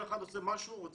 שכל אחד עושה מה שהוא רוצה.